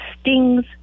stings